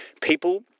People